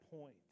point